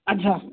अच्छा